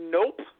Nope